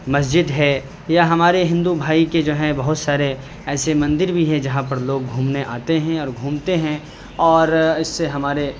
مسجد ہے یا ہمارے ہندو بھائی کے جو ہیں بہت سارے ایسے مندر بھی ہیں جہاں پر لوگ گھومنے آتے ہیں اور گھومتے ہیں اور اس سے ہمارے